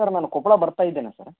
sir ನಾನು ಕೊಪ್ಪಳ ಬರ್ತಾ ಇದ್ದೇನೆ ಸರ್